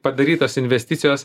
padarytos investicijos